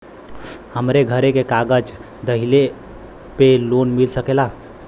हमरे घरे के कागज दहिले पे लोन मिल सकेला?